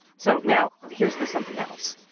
so now here's the something else.